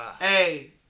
Hey